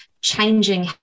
changing